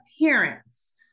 appearance